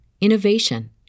innovation